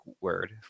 word